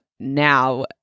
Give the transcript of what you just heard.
Now